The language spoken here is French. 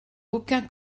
aucun